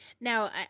Now